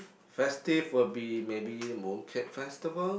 festive would be maybe Mooncake Festival